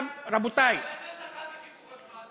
רבותי, אני שואל, איך לזחאלקה חיברו חשמל?